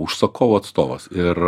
užsakovo atstovas ir